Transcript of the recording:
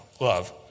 love